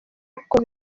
uko